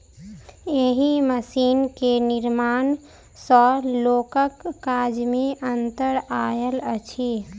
एहि मशीन के निर्माण सॅ लोकक काज मे अन्तर आयल अछि